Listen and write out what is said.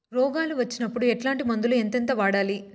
రోగాలు వచ్చినప్పుడు ఎట్లాంటి మందులను ఎంతెంత వాడాలి?